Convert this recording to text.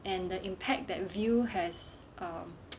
and the impact that view has um